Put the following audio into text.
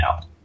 now